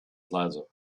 plaza